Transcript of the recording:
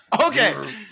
Okay